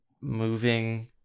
moving